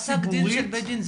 פסק הדין של בת דין,